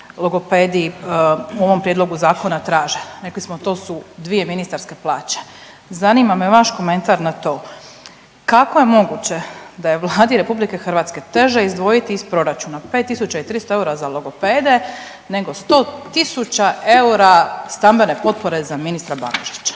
logopedi u ovom prijedlogu zakona traže. Rekli smo to su dvije ministarske plaće. Zanima me vaš komentar na to kako je moguće da je Vladi Republike Hrvatske teže izdvojiti iz proračuna 5300 eura za logopede nego 100000 eura stambene potpore za ministra Banožića?